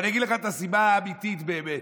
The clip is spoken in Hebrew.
ואני אגיד לכם את הסיבה האמיתית באמת: